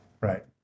right